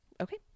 Okay